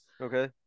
Okay